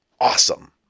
awesome